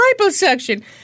liposuction